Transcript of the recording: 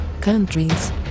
countries